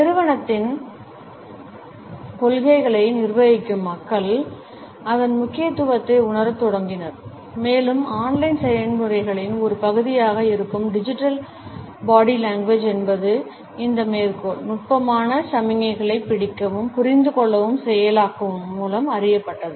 நிறுவனத்தின் கொள்கைகளை நிர்வகிக்கும் மக்கள் அதன் முக்கியத்துவத்தை உணரத் தொடங்கினர் மேலும் ஆன்லைன் செயல்முறைகளின் ஒரு பகுதியாக இருக்கும் டிஜிட்டல் உடல் மொழி என்பது இந்த மேற்கோள் "நுட்பமான சமிக்ஞைகளைப் பிடிக்கவும் புரிந்துகொள்ளவும் செயலாக்கவும்" மூலம் அறியப்பட்டது